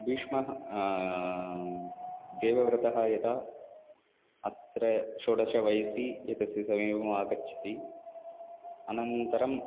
भीष्मः देवव्रतः यदा अत्र षोडशः वयसि एतस्य समीपम् आगच्छति अनन्तरम्